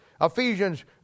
Ephesians